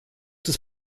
des